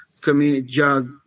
community